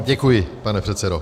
Děkuji, pane předsedo.